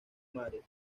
mares